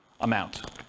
amount